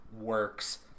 works